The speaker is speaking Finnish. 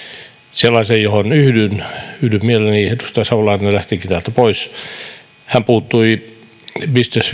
sellaisen johon yhdyn mielelläni edustaja salolainen lähtikin täältä pois hän kannatti lämpimästi business